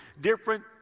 different